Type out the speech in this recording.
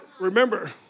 remember